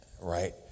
right